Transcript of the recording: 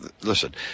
listen